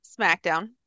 Smackdown